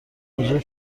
موجب